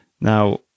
Now